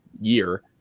year